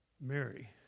Mary